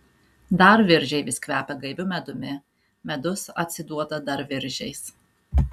dar viržiai vis kvepia gaiviu medumi medus atsiduoda dar viržiais